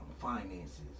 finances